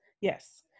yes